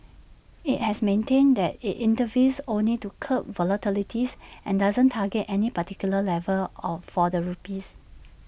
IT has maintained that IT intervenes only to curb volatility's and doesn't target any particular level of for the rupee